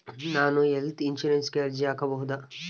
ನಾನು ಹೆಲ್ತ್ ಇನ್ಶೂರೆನ್ಸಿಗೆ ಅರ್ಜಿ ಹಾಕಬಹುದಾ?